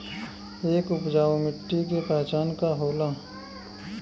एक उपजाऊ मिट्टी के पहचान का होला?